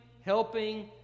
helping